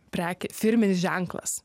prekė firminis ženklas